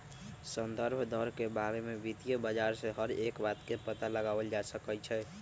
संदर्भ दर के बारे में वित्तीय बाजार से हर एक बात के पता लगावल जा सका हई